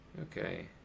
Okay